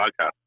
podcast